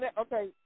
Okay